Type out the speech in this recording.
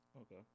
Okay